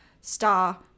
star